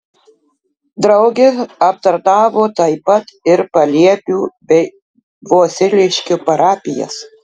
drauge aptarnavo taip pat ir paliepių bei vosiliškio parapijas